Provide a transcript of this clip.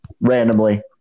randomly